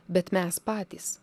bet mes patys